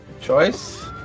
choice